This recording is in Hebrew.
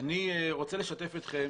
אני רוצה לשתף אתכם.